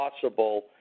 possible